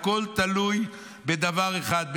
הכול תלוי בדבר אחד,